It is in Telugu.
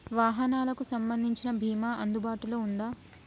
వాహనాలకు సంబంధించిన బీమా అందుబాటులో ఉందా?